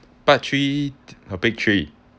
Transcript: part three topic three